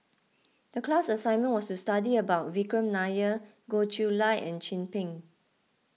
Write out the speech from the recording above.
the class assignment was to study about Vikram Nair Goh Chiew Lye and Chin Peng